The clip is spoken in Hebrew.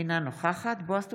אינה נוכחת בועז טופורובסקי,